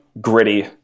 gritty